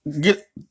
get